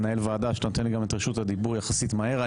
שאתה נותן לי את רשות הדיבור מהר יחסית.